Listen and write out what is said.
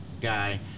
guy